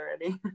already